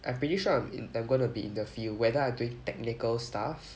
I'm pretty sure I'm in I'm gonna be the field whether I'm doing technical stuff